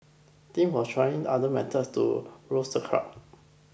Tim was trying other methods to rouse the crowd